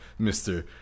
Mr